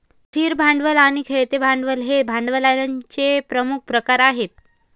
स्थिर भांडवल आणि खेळते भांडवल हे भांडवलाचे प्रमुख प्रकार आहेत